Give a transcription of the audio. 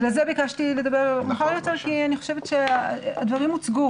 בגלל זה ביקשתי לדבר מאוחר יותר כי אני חושבת שהדברים הוצגו.